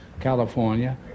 California